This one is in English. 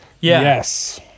Yes